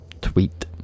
tweet